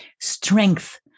strength